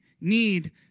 need